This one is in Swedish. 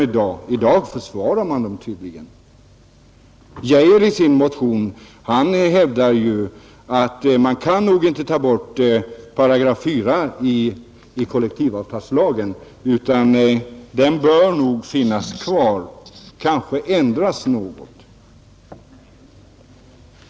I dag försvarar man tydligen lagarna. Herr Geijer hävdar i sin motion att man nog inte kan ta bort § 4 i kollektivavtalslagen, utan den bör finnas kvar, kanske ändras något.